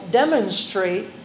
demonstrate